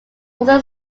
also